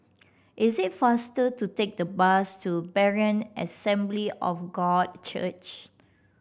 it is faster to take the bus to Berean Assembly of God Church